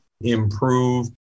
improve